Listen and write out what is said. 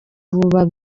ubu